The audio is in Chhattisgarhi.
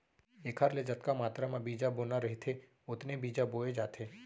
एखर ले जतका मातरा म बीजा बोना रहिथे ओतने बीजा बोए जाथे